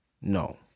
no